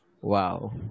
Wow